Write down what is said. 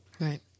Right